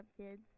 kids